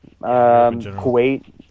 Kuwait